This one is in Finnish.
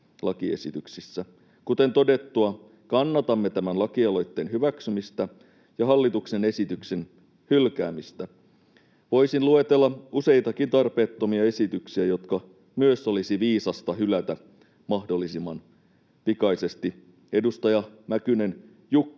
Kuten todettua, kannatamme tämän lakialoitteen hyväksymistä ja hallituksen esityksen hylkäämistä. Voisin luetella useitakin tarpeettomia esityksiä, jotka myös olisi viisasta hylätä mahdollisimman pikaisesti. Edustaja Mäkynen, Jukka